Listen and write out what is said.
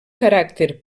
caràcter